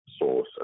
source